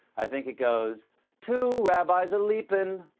i think it goes two rabbis a-leapin'.